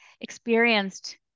experienced